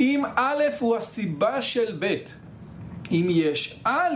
אם א' הוא הסיבה של ב' אם יש א'